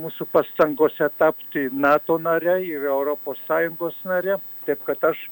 mūsų pastangose tapti nato nare ir europos sąjungos nare taip kad aš